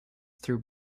through